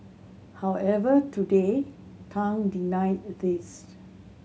however today Tang denied these